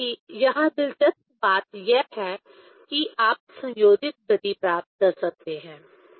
वैसे भी यहाँ दिलचस्प बात यह है कि आप संयोजित गति प्राप्त कर सकते हैं